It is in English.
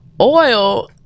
oil